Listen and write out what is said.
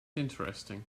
interesting